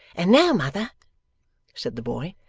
and now, mother said the boy,